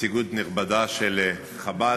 נציגות נכבדה של חב"ד,